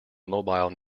mobile